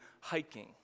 hiking